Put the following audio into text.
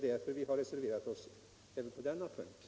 Därför har vi reserverat oss även på denna punkt.